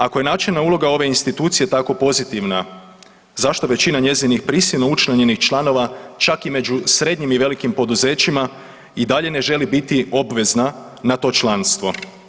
Ako je načelna uloga ove institucije tak pozitivna zašto većina njezinih prisilno učlanjenih članova čak i među srednjim i velikim poduzećima i dalje ne želi biti obvezna na to članstvo?